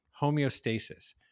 homeostasis